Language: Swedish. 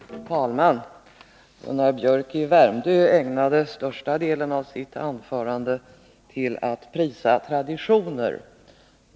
Herr talman! Gunnar Biörck i Värmdö ägnade största delen av sitt anförande åt att prisa traditioner.